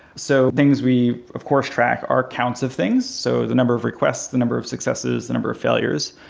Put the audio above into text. so things we, of course, track are counts of things, so the number of requests, the number of successes, the number of failures.